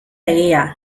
egia